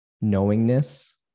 knowingness